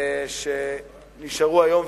שנשארו היום,